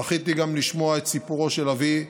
זכיתי לשמוע גם את סיפורו של אבי,